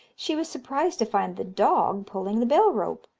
she was surprised to find the dog pulling the bell-rope.